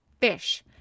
fish